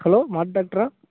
hello மாட்டு டாக்டரா